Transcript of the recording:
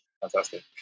Fantastic